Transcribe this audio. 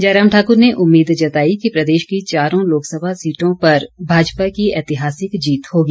जयराम ठाकुर ने उम्मीद जताई कि प्रदेश की चारों लोकसभा सीटों पर भाजपा की ऐतिहासिक जीत होगी